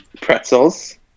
pretzels